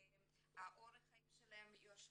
אורח החיים שלהם יושבני,